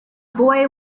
boy